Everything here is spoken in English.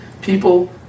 people